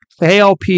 ALP